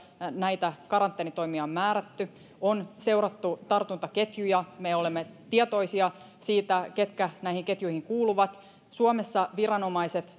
näitä karanteenitoimia on määrätty on seurattu tartuntaketjuja ja me olemme tietoisia siitä ketkä näihin ketjuihin kuuluvat suomessa viranomaiset